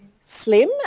slim